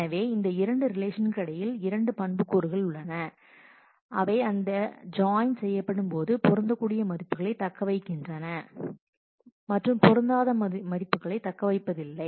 எனவே இந்த இரண்டு ரிலேஷன் இடையில் இரண்டு பண்புக்கூறுகள் உள்ளன அவை அந்த ஜாயின் செய்யப்படும் போது பொருந்தக்கூடிய மதிப்புகளை தக்கவைக்கப்படுகின்றன மற்றும் பொருந்தாத மதிப்புகளை தக்கவைக்கப்படவில்லை